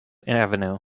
avenue